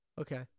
Okay